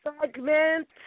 segment